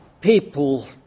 people